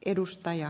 edustaja